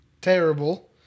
terrible